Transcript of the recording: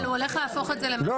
אבל הוא הולך להפוך את זה --- לא,